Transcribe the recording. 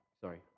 sorry